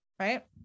Right